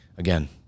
Again